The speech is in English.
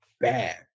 bad